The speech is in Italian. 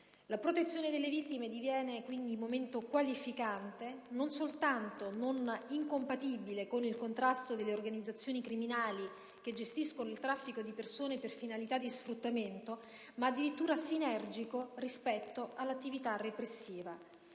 La protezione delle vittime diviene dunque momento qualificante, non soltanto non incompatibile con il contrasto delle organizzazioni criminali che gestiscono il traffico di persone per finalità di sfruttamento, ma addirittura sinergico rispetto all'attività repressiva.